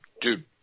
dude